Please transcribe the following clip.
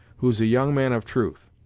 who's a young man of truth,